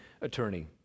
attorney